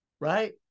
right